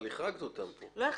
אבל החרגנו אותם פה.